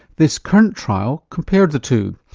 this current trial compared the two